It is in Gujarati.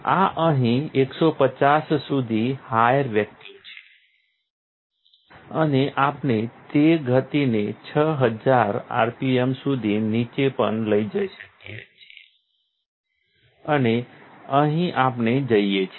આ અહીં 150 સુધી હાયર વેક્યુમ છે અને આપણે તે ગતિને 6000 RPM સુધી નીચે પણ લઈ જઇ શકીએ છીએ અને અહીં આપણે જઈએ છીએ